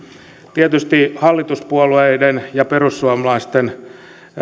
tietysti hallituspuolueiden ja perussuomalaisten